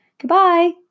Goodbye